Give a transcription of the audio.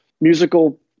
musical